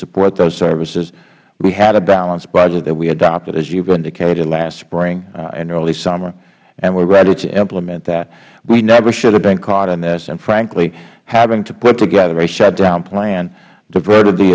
support those services we had a balanced budget that we adopted as you've indicated last spring and early summer and we're ready to implement that we never should have been caught in this and frankly having to put together a shutdown plan diverted the